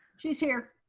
she is here.